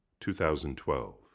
2012